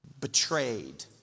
betrayed